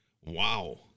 Wow